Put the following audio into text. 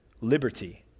liberty